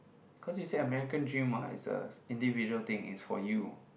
because you say American dream what is a individual thing it's for you